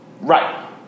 Right